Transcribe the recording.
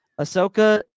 Ahsoka